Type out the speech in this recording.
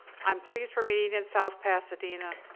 i'm pleased for meeting in south pasadena.